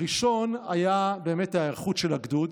הראשון היה ההיערכות של הגדוד,